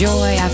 joy